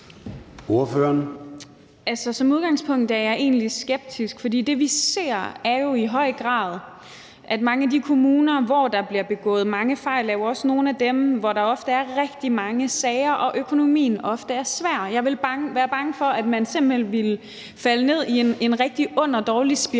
som udgangspunkt er jeg egentlig skeptisk, for det, vi ser, er jo i høj grad, at mange af de kommuner, hvor der bliver begået mange fejl, også er nogle af dem, hvor der ofte er rigtig mange sager og økonomien ofte er svær. Jeg ville være bange for, at man simpelt hen ville falde ned i en rigtig ond og dårlig spiral.